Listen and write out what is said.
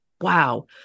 Wow